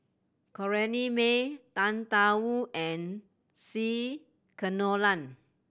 Corrinne May Tang Da Wu and C Kunalan